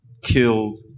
killed